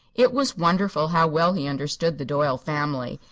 it was wonderful how well he understood the doyle family.